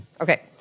Okay